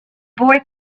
boy